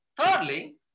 Thirdly